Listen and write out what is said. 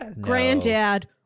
granddad